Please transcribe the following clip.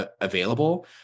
available